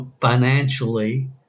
financially